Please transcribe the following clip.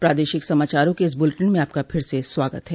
प्रादेशिक समाचारों के इस बुलेटिन में आपका फिर से स्वागत है